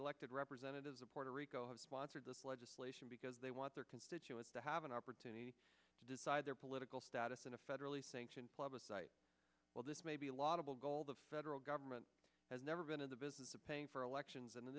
elected representatives of puerto rico have sponsored this legislation because they want their constituents to have an opportunity to decide their political status in a federally sanctioned plebiscite well this may be a lot of the federal government has never been in the business of paying for elections and in